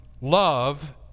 love